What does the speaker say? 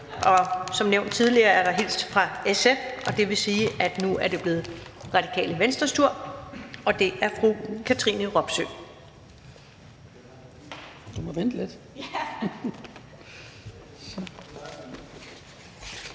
Som nævnt tidligere, er der hilst fra SF, og det vil sige, at nu er det blevet Radikale Venstres tur, og det er fru Katrine Robsøe.